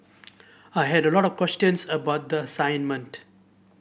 I had a lot of questions about the assignment